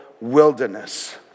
wilderness